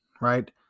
right